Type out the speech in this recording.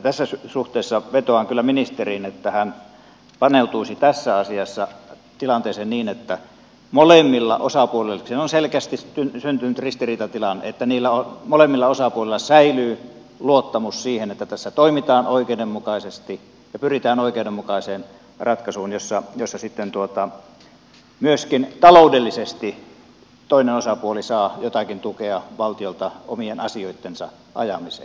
tässä suhteessa vetoan kyllä ministeriin että hän paneutuisi tässä asiassa tilanteeseen niin että molemmilla osapuolilla siinä on selkeästi syntynyt ristiriita tilaan että niillä on molemmilla ristiriitatilanne säilyy luottamus siihen että tässä toimitaan oikeudenmukaisesti ja pyritään oikeudenmukaiseen ratkaisuun jossa sitten myöskin taloudellisesti toinen osapuoli saa jotakin tukea valtiolta omien asioittensa ajamiseen